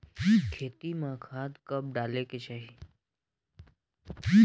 खेती म खाद ला कब डालेक चाही?